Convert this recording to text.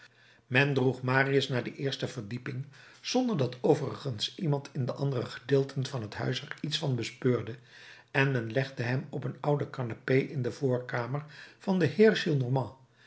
men droeg marius naar de eerste verdieping zonder dat overigens iemand in de andere gedeelten van het huis er iets van bespeurde en men legde hem op een oude canapé in de voorkamer van den heer